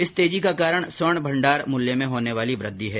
इस तेजी का कारण स्वर्ण भण्डार मूल्य में होने वाली वृद्धि है